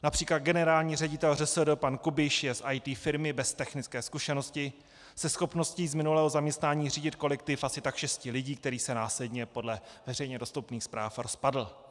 Například generální ředitel ŘSD pan Kubiš je z IT firmy bez technické zkušenosti, se schopností z minulého zaměstnání řídit kolektiv asi tak šesti lidí, který se následně podle veřejně dostupných zpráv rozpadl.